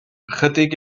ychydig